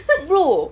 bro